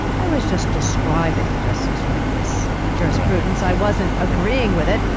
i was just describing justice renquist's jurisprudence. i wasn't agreeing with it,